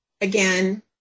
again